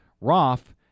Roth